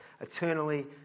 eternally